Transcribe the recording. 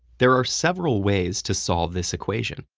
there are several ways to solve this equation,